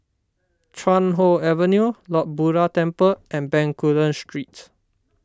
Chuan Hoe Avenue Lord Buddha Temple and Bencoolen Street